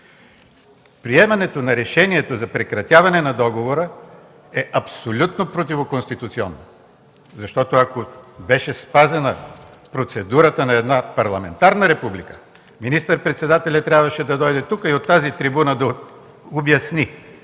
Приемането на решението за прекратяване на договора е абсолютно противоконституционно. Защото, ако беше спазена процедурата на една парламентарна република, министър-председателят трябваше да дойде тук и от тази трибуна да обясни